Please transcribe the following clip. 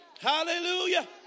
Hallelujah